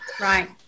Right